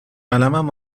قلمم